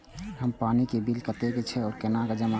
हमर पानी के बिल कतेक छे और केना जमा होते?